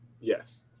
yes